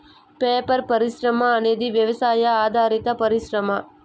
paper పరిశ్రమ అనేది వ్యవసాయ ఆధారిత పరిశ్రమ